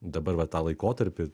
dabar va tą laikotarpį